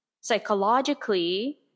psychologically